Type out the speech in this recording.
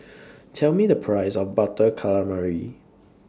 Tell Me The Price of Butter Calamari